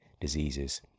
diseases